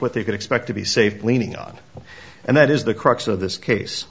what they could expect to be safe leaning on and that is the crux of this case